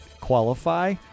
qualify